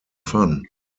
fun